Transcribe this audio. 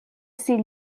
ses